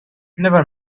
never